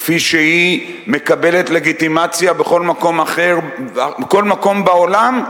כפי שהיא מקבלת לגיטימציה בכל מקום בעולם,